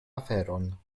aferon